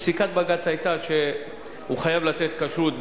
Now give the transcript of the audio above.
פסיקת בג"ץ היתה שהוא חייב לתת כשרות,